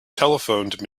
telephoned